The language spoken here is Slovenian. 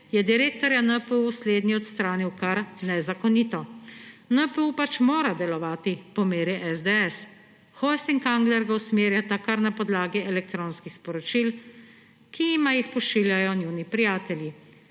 je direktorja NPU slednji odstranil kar nezakonito. NPU pač mora delovati po meri SDS. Hojs in Kangler ga usmerjata kar na podlagi elektronskih sporočil, ki jima jih pošiljajo njuni prijatelji,